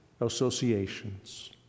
associations